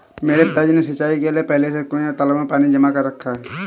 मेरे पिताजी ने सिंचाई के लिए पहले से कुंए और तालाबों में पानी जमा कर रखा है